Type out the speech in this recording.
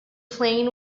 playing